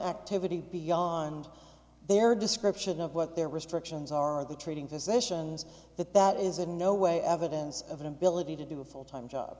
activity beyond their description of what their restrictions are of the treating physicians that that is in no way evidence of an ability to do a full time job